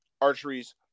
Archery's